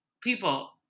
people